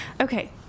Okay